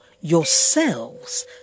yourselves